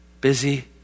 busy